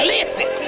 Listen